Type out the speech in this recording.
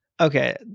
okay